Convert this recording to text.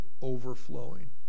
Overflowing